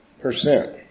percent